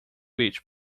beach